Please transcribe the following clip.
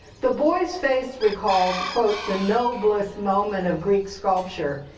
the boy's face recalls, quote, the noblest moment of greek sculpture,